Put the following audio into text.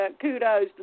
kudos